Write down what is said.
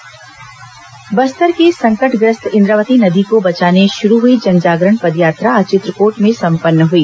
इंद्रावती बचाओ अभियान बस्तर की संकटग्रस्त इंद्रावती नदी को बचाने शुरू हुई जन जागरण पदयात्रा आज चित्रकोट में संपन्न हुई